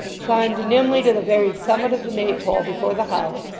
climbed nimbly to the very summit of the maypole before the house,